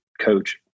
coach